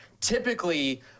Typically